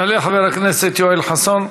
יעלה חבר הכנסת יואל חסון.